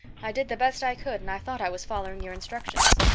i did the best i could and i thought i was following your instructions.